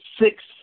six